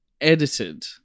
edited